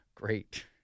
great